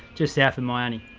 just south of miami.